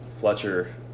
Fletcher